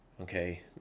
okay